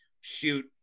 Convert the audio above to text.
shoot